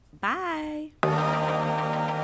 Bye